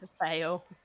Fail